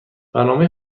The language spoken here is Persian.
برنامه